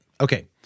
Okay